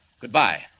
goodbye